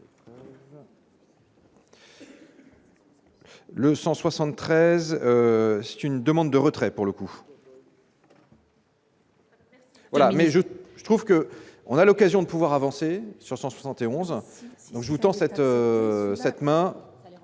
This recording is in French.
Le 173 c'est une demande de retrait pour le coup. Voilà mais je, je trouve que, on a l'occasion de pouvoir avancer sur 171 donc je vous tends cette cette